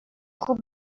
خوب